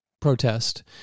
protest